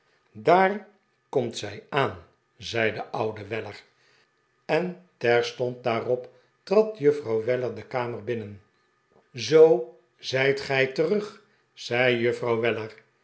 daar komt zij aan zei de oude weller en terstond daarop trad juffrouw weller de kamer binnen zoo zijt gij terug zei juffrouw